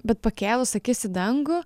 bet pakėlus akis į dangų